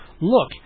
look